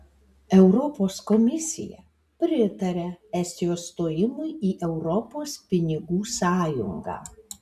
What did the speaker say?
europos komisija pritaria estijos stojimui į europos pinigų sąjungą